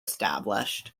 established